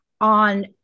on